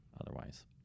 otherwise